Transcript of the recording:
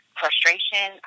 frustration